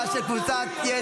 לא, לא, רשות דיבור.